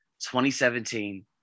2017